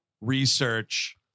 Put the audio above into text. research